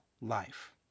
life